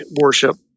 worship